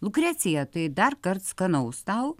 lukrecija tai darkart skanaus tau